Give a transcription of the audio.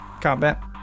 combat